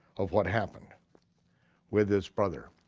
of what happened with his brother.